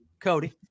Cody